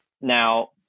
now